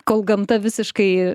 kol gamta visiškai